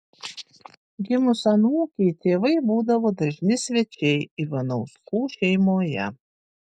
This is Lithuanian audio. gimus anūkei tėvai būdavo dažni svečiai ivanauskų šeimoje